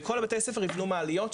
כל בתי הספר ייבנו מעליות,